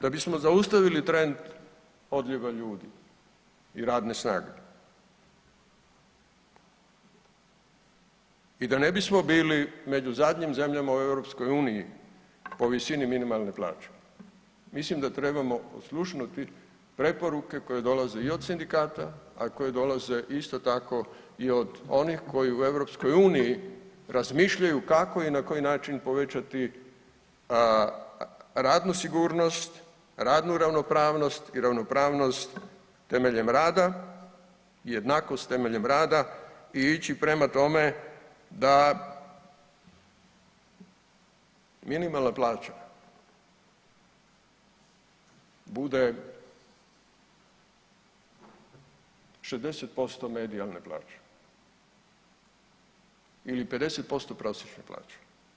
Da bismo zaustavili trend odljeva ljudi i radne snage i da ne bismo bili među zadnjim zemljama u EU po visini minimalne plaće mislim da trebamo oslušnuti preporuke koje dolaze i od sindikata, a koje dolaze isto tako i od onih koji u EU razmišljaju kako i na koji način povećati radnu sigurnost, radnu ravnopravnost i ravnopravnost temeljem rada i jednakost temeljem rada i ići prema tome da minimalna plaća bude 60% medijalne plaće ili 50% prosječne plaće.